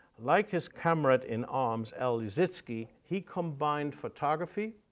like his comrade in arms, el lissitzky, he combined photography,